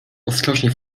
ostrożnie